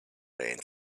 ran